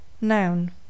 noun